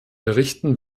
berichten